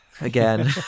Again